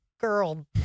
Girl